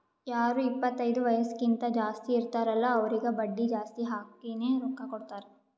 ಯಾರು ಇಪ್ಪತೈದು ವಯಸ್ಸ್ಕಿಂತಾ ಜಾಸ್ತಿ ಇರ್ತಾರ್ ಅಲ್ಲಾ ಅವ್ರಿಗ ಬಡ್ಡಿ ಜಾಸ್ತಿ ಹಾಕಿನೇ ರೊಕ್ಕಾ ಕೊಡ್ತಾರ್